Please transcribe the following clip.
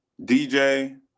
DJ